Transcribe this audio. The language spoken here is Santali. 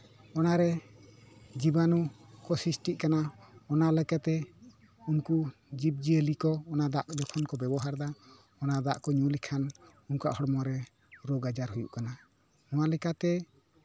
ᱚᱱᱟᱨᱮ ᱡᱤᱵᱟᱱᱩ ᱠᱚ ᱥᱨᱤᱥᱴᱤᱜ ᱠᱟᱱᱟ ᱚᱱᱟ ᱞᱮᱠᱟᱛᱮ ᱩᱱᱠᱩ ᱡᱤᱵᱽ ᱡᱤᱭᱟᱹᱞᱤ ᱠᱚ ᱚᱱᱟ ᱫᱟᱜ ᱡᱚᱠᱷᱚᱱ ᱠᱚ ᱵᱮᱵᱚᱦᱟᱨ ᱫᱟ ᱚᱱᱟ ᱫᱟᱜ ᱠᱚ ᱧᱩ ᱞᱮᱠᱷᱟᱱ ᱩᱱᱠᱩᱣᱟᱜ ᱦᱚᱲᱢᱚᱨᱮ ᱨᱳᱜᱽ ᱟᱡᱟᱨ ᱦᱩᱭᱩᱜ ᱠᱟᱱᱟ ᱱᱚᱣᱟ ᱞᱮᱠᱟᱛᱮ